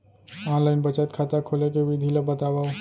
Online बचत खाता खोले के विधि ला बतावव?